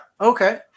okay